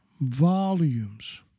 volumes